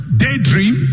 daydream